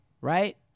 right